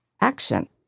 action